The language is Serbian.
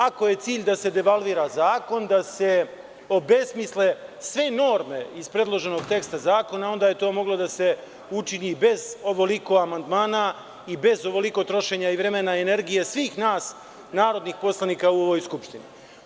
Ako je cilj da se devalvira zakon, da se obesmisle sve norme iz predloženog teksta zakona, onda je to moglo da se učini bez ovoliko amandmana i bez ovoliko trošenja vremena i energije svih nas narodnih poslanika u ovoj Skupštini.